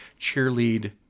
cheerlead